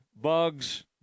Bugs